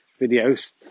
videos